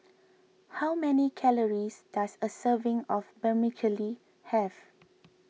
how many calories does a serving of Vermicelli have